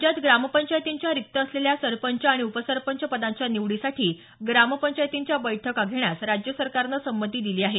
राज्यात ग्रामपंचायतींच्या रिक्त असलेल्या सरपंच आणि उपसरपंच पदांच्या निवडीसठी ग्रामपंचायतींच्या बैठका घेण्यास राज्य सरकारनं संमती दिली आहे